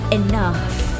enough